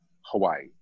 Hawaii